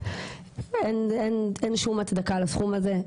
אין שום הצדקה לסכום הזה.